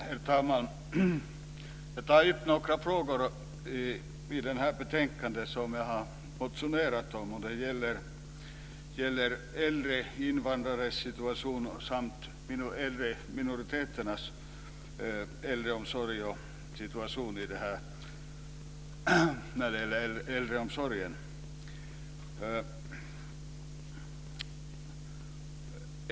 Herr talman! Jag ska ta upp några frågor som jag har motionerat om och som tas upp i det här betänkandet. De gäller äldre invandrares situation särskilt inom äldreomsorgen.